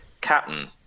captain